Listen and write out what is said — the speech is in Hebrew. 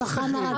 מצליחים.